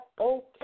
okay